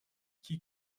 qui